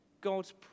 God's